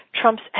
trumps